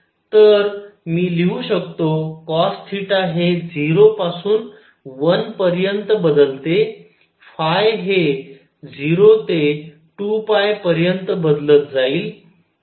तर मी लिहू शकतो cosθ हे 0 पासून 1 पर्यंत बदलते हे 0 ते 2 पर्यंत बदलत जाईल